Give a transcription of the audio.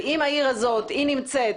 ואם העיר הזאת נמצאת